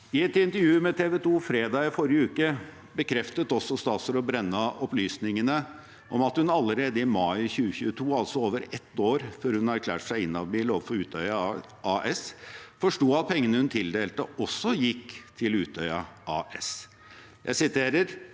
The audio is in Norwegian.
I et intervju med TV 2 fredag i forrige uke bekreftet også statsråd Brenna opplysningene om at hun allerede i mai 2022, altså over ett år før hun erklærte seg inhabil overfor Utøya AS, forsto at pengene hun tildelte, også gikk til Utøya AS. Hun sa: